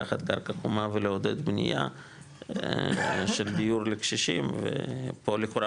לקחת קרקע חומה ולעודד בנייה של דיור לקשישים ופה לכאורה,